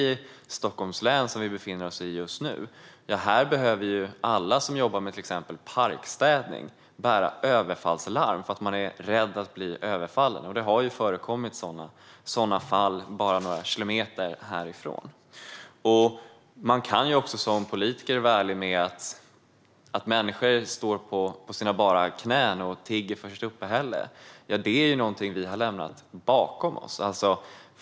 I Stockholms län, där vi befinner oss just nu, behöver alla som jobbar med till exempel parkstädning bära överfallslarm eftersom man är rädd att bli överfallen, något som har förekommit bara några kilometer härifrån. Som politiker kan vi också vara ärliga med att det här med att människor står på sina bara knän och tigger för sitt uppehälle är någonting som vi har lämnat bakom oss.